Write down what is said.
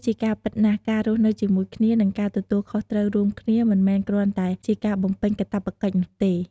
ជាការពិតណាស់ ការរស់នៅជាមួយគ្នា និងការទទួលខុសត្រូវរួមគ្នា មិនមែនគ្រាន់តែជាការបំពេញកាតព្វកិច្ចនោះទេ។